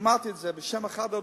שמעתי את זה בשם אחד המורים,